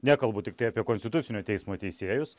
nekalbu tiktai apie konstitucinio teismo teisėjus